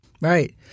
Right